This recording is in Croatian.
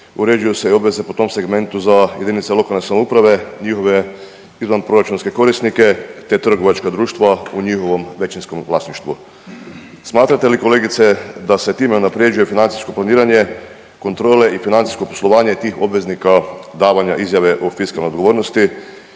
uređuju se obveze po tom segmentu za jedinice lokalne samouprave, njihove izvanproračunske korisnike te trgovačka društva u njihovom većinskom vlasništvu. Smatrate li kolegice da se tim unaprjeđuje financijsko planiranje, kontrole i financijsko poslovanje tih obveznika davanja izjave o fiskalnoj odgovornosti